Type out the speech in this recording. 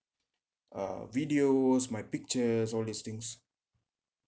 uh videos my pictures all these things